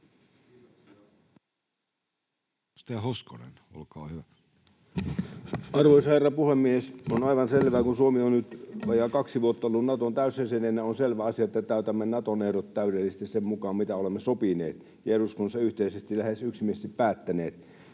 Arvoisa herra puhemies! Kun Suomi on nyt vajaa kaksi vuotta ollut Naton täysjäsenenä, on aivan selvä asia, että täytämme Naton ehdot täydellisesti sen mukaan, mitä olemme sopineet ja eduskunnassa yhteisesti lähes yksimielisesti päättäneet.